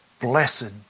Blessed